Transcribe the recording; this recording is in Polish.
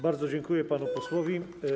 Bardzo dziękuję panu posłowi.